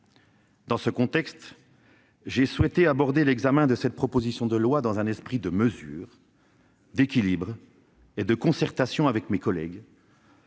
Dans ce contexte, j'ai souhaité aborder l'examen de cette proposition de loi dans un esprit de mesure, d'équilibre et de concertation avec mes collègues.